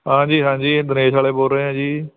ਹਾਂਜੀ ਹਾਂਜੀ ਬਨੇਸ਼ ਵਾਲੇ ਬੋਲ ਰਹੇ ਹਾਂ ਜੀ